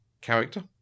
character